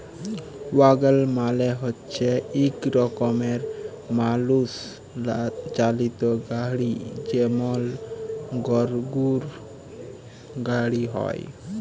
ওয়াগল মালে হচ্যে ইক রকমের মালুষ চালিত গাড়হি যেমল গরহুর গাড়হি হয়